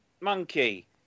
Monkey